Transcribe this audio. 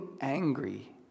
angry